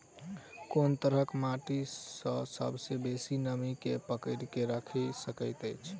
कोन तरहक माटि सबसँ बेसी नमी केँ पकड़ि केँ राखि सकैत अछि?